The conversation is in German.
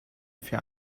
für